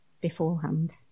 beforehand